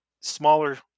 smaller